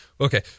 Okay